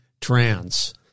trans